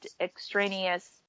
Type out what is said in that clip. extraneous